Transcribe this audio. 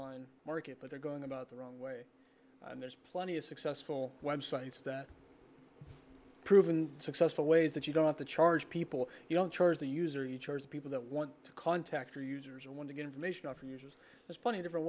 line market but they're going about the wrong way and there's plenty of successful web sites that proven successful ways that you don't have to charge people you don't charge a user you charge people that want to contact your users and want to get information from users there's plenty of different